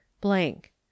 blank